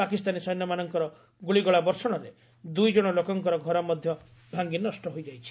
ପାକିସ୍ତାନୀ ସୈନ୍ୟମାନଙ୍କ ଗୁଳିଗୋଳା ବର୍ଷଣରେ ଦୁଇଜଣ ଲୋକଙ୍କର ଘର ମଧ୍ୟ ଭାଙ୍ଗି ନଷ୍ଟ ହୋଇଯାଇଛି